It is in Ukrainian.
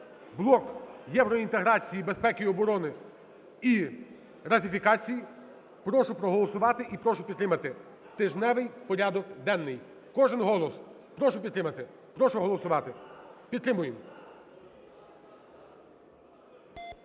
блок євроінтеграції, безпеки і оборони і ратифікації. Прошу проголосувати і прошу підтримати тижневий порядок денний. Кожен голос! Прошу підтримати, прошу голосувати. Підтримуємо.